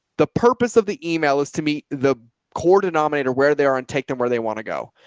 the purpose of the email is to meet the core denominator where they are on taking them where they want to go.